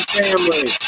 family